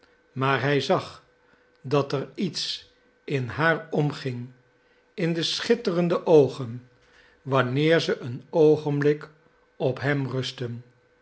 maar hij zag dat er iets in haar omging in de schitterende oogen wanneer ze een oogenblik op hem rustten